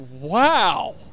Wow